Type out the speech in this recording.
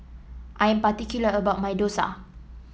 I'm particular about my dosa